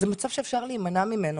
זה מצב שאפשר להימנע ממנו.